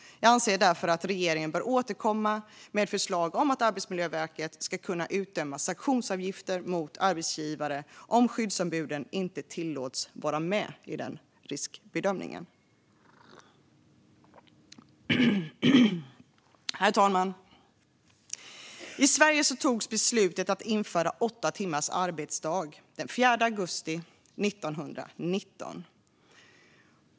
Jag anser därför att regeringen bör återkomma med förslag om att Arbetsmiljöverket ska kunna utdöma sanktionsavgifter mot arbetsgivare om skyddsombuden inte tillåts vara med i riskbedömningen. Herr talman! I Sverige togs beslutet att införa 8 timmars arbetsdag den 4 augusti 1919.